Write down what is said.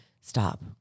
stop